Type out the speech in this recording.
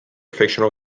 fictional